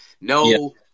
no